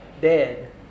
dead